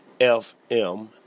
FM